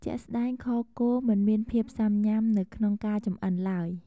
ជាក់ស្តែងខគោមិនមានភាពស៊ាំញ៊ាំនៅក្នុងការចម្អិនឡើយ។